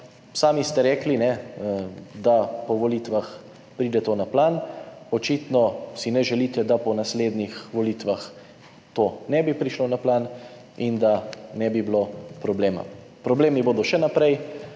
sami ste rekli, da po volitvah pride to na plan. Očitno si ne želite, da po naslednjih volitvah to ne bi prišlo na plan in da ne bi bilo problema. Problemi bodo še naprej.